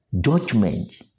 judgment